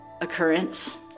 occurrence